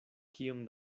kiom